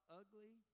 ugly